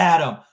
Adam